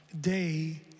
day